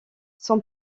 son